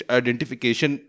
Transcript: identification